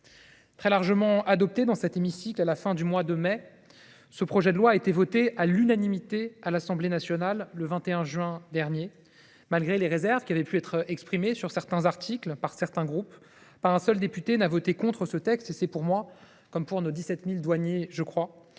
Très largement adopté dans cet hémicycle à la fin du mois de mai dernier, le projet de loi a été voté à l’unanimité à l’Assemblée nationale le 21 juin. Malgré les réserves exprimées sur certains articles par certains groupes, pas un seul député n’a voté contre ce texte, et c’est pour moi, comme pour nos 17 000 douaniers, l’objet